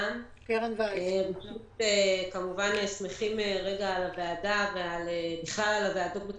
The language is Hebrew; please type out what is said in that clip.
מוטי אלמוז, כי תתקיים העברת מידע בין